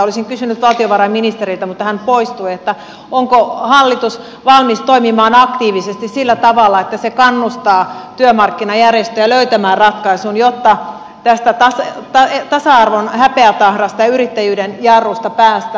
olisin kysynyt valtiovarainministeriltä mutta hän poistui onko hallitus valmis toimimaan aktiivisesti sillä tavalla että se kannustaa työmarkkinajärjestöjä löytämään ratkaisun jotta tästä tasa arvon häpeätahrasta ja yrittäjyyden jarrusta päästään